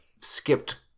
skipped